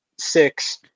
Six